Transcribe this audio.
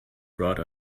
brought